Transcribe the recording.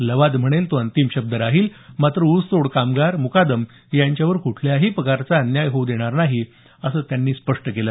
लवाद म्हणेल तो अंतिम शब्द राहील मात्र ऊसतोड कामगार मुकादम यांच्यावर कुठल्याही प्रकारचा अन्याय होऊ देणार नाही असंही त्यांनी स्पष्ट केलं